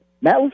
Matt